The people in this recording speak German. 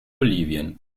bolivien